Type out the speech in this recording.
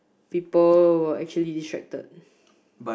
people were actually distracted